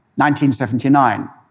1979